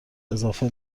اضافه